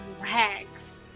rags